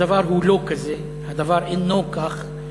הדבר אינו כזה, הדבר אינו כך,